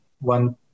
one